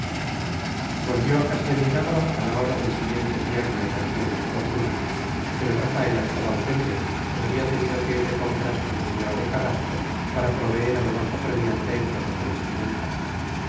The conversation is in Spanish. volvió a casa de milagro a la hora del siguiente día que le pareció más oportuna pero rafaela estaba ausente pues había tenido que ir de compras con la señora de carrasco para proveer a lo más apremiante en cosas de vestimenta